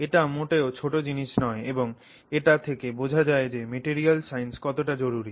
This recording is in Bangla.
এটা মোটেও ছোট জিনিস নয় এবং এটা থেকে বোঝা যায় যে মেটেরিয়াল সাইন্স কতটা জরুরি